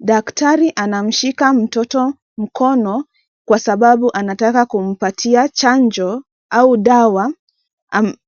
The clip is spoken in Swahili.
Daktari anamshika mtoto mkono kwa sababu anataka kumpatia chanjo au dawa